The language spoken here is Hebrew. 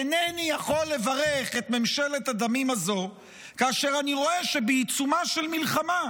אינני יכול לברך את ממשלת הדמים הזו כאשר אני רואה שבעיצומה של מלחמה,